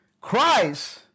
Christ